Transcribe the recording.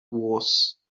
was